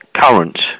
current